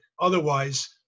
otherwise